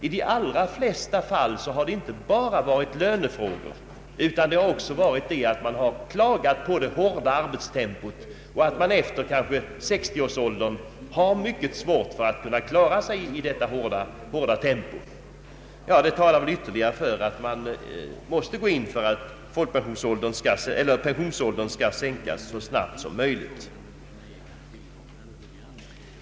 I de allra flesta fall har det inte bara gällt lönefrågor, utan folk har också klagat på det hårda arbetstempot och på att det efter 60-årsåldern varit mycket svårt att klara sig i detta hårda tempo. Det talar ytterligare för att vi måste gå in för att sänka pensionsåldern så snabbt som möjligt.